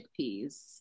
chickpeas